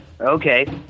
okay